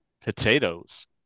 potatoes